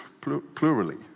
plurally